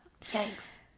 thanks